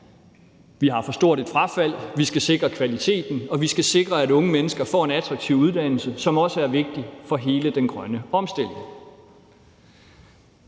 Vi har for stort et frafald. Vi skal sikre kvaliteten, og vi skal sikre, at unge mennesker får en attraktiv uddannelse, hvilket også er vigtigt for hele den grønne omstilling.